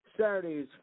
Saturdays